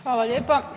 Hvala lijepa.